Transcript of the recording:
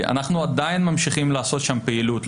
אנחנו עדיין ממשיכים לעשות שם פעילות,